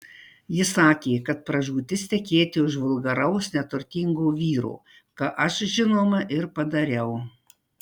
ji sakė kad pražūtis tekėti už vulgaraus neturtingo vyro ką aš žinoma ir padariau